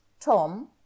Tom